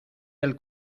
del